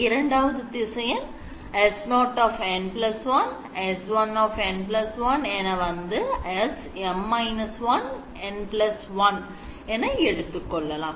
இரண்டாவது திசையன் ஆக S0 n1 S1 n1 SM−1 n1 என எடுத்துக்கொள்ளலாம்